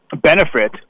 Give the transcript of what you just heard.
benefit